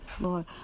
Lord